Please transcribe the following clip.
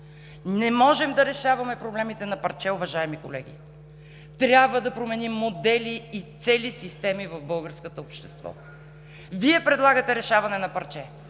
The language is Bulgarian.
Не можем да решаваме проблемите на парче, уважаеми колеги! Трябва да променим модели и цели системи в българското общество. Вие предлагате решаване на парче.